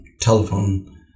telephone